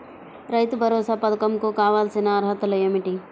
రైతు భరోసా పధకం కు కావాల్సిన అర్హతలు ఏమిటి?